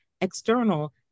external